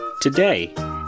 today-